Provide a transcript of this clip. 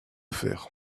faire